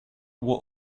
what